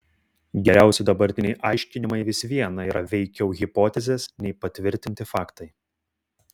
geriausi dabartiniai aiškinimai vis viena yra veikiau hipotezės nei patvirtinti faktai